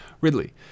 Ridley